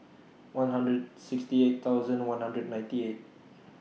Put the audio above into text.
one hundred sixty eight thousand one hundred ninety eight